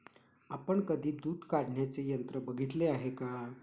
आपण कधी दूध काढण्याचे यंत्र बघितले आहे का?